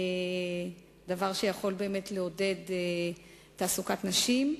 דבר שיכול לעודד תעסוקת נשים,